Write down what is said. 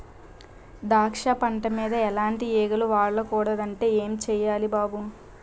ద్రాక్ష పంట మీద ఎలాటి ఈగలు వాలకూడదంటే ఏం సెయ్యాలి బాబూ?